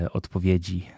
odpowiedzi